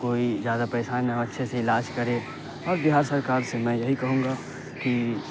کوئی زیادہ پریشانی نہ ہو اچھے سے علاج کرے اور بہار سرکار سے میں یہی کہوں گا کہ